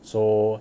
so